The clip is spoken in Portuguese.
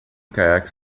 caiaques